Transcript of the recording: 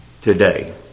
today